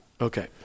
Okay